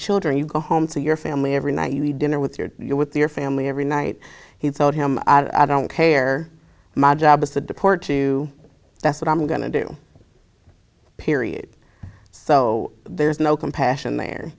children you go home to your family every night you need dinner with your you're with your family every night he told him i don't care my job is to deport to that's what i'm going to do period so there's no compassion there